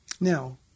Now